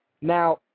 Now